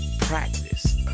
practice